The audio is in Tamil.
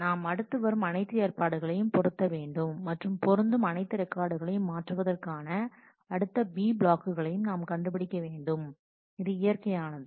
நாம் அடுத்து வரும் அனைத்து ஏற்பாடுகளையும் பொருத்த வேண்டும் மற்றும் பொருந்தும் அனைத்து ரெக்கார்டுகளை மாற்றுவதற்கான அடுத்த B பிளாக்களையும் நாம் கண்டுபிடிக்க வேண்டும் இது இயற்கையானது